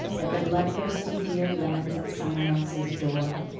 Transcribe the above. that the bloodthirsty fear lands at someone else's door?